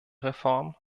reform